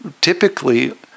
typically